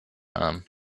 haben